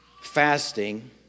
fasting